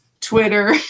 twitter